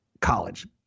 college